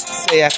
say